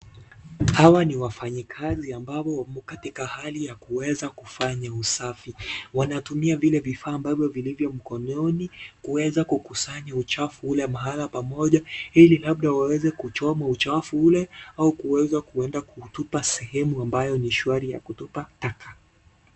Hawa ni wafanyakazi ambao wako katika hali ya kuweza kufanya usafi. Wanatumia vile vifaa ambavyo vilivyo mikononi kuweza kukusanya uchafu ule mahala pamoja ili labda waweze kuchoma uchafu ule au kuweza kutupa sehemu ambayo ni shwari ya kutupa taka.